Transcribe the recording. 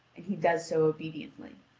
and he does so obediently.